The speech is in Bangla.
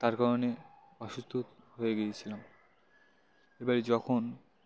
তার কারণে অসুস্থ হয়ে গিয়েছিলাম এবারে যখন